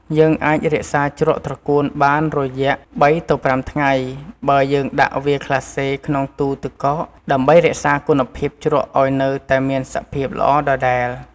យើងអាចរក្សាជ្រក់ត្រកួនបានរយៈ ៣ ទៅ ៥ថ្ងៃ បើយើងដាក់វាក្លាស្លេក្នុងទូទឹកកក ដើម្បីរក្សាគុណភាពជ្រក់ឱ្យនៅតែមានសភាពល្អដដែល។